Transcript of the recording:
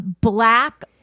black